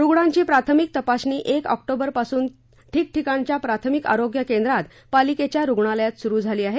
रुग्णांची प्राथमिक तपासणी एक आक्टोबरपासून ठिकठिकाणच्या प्राथमिक आरोग्य केंद्रात पालिकेच्या रुग्णालयात सुरु झालेली आहे